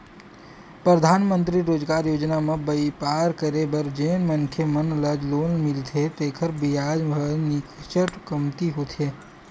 परधानमंतरी रोजगार योजना म बइपार करे बर जेन मनखे मन ल लोन मिलथे तेखर बियाज ह नीचट कमती होथे